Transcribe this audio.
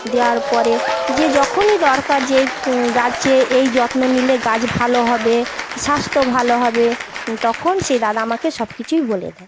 দেওয়ার পরে যে যখনই দরকার যেই গাছে এই যত্ন নিলে গাছ ভালো হবে স্বাস্থ্য ভালো হবে তখন সেই দাদা আমাকে সবকিছুই বলে দেয়